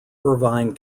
irvine